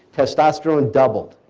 testosterone doubled.